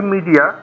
Media